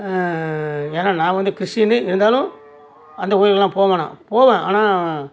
ஏன்னால் நான் வந்து கிறிஷ்டியனு இருந்தாலும் அந்த கோயிலுக்கெலாம் போவேன் நான் போவேன் ஆனால்